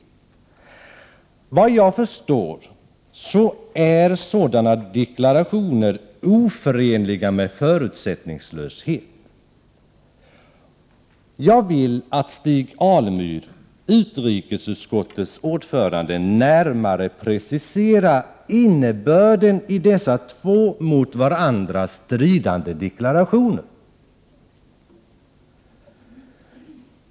Såvitt jag förstår är sådana deklarationer oförenliga med förutsättningslöshet. Jag vill att Stig Alemyr, utrikesutskottets ordförande, närmare preciserar innebörden i dessa två mot varandra stridande deklarationer.